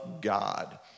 God